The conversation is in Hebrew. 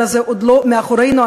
עוד לא מאחורינו,